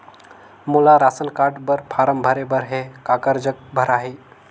मोला ration card बर form भरे बर हे काकर जग भराही?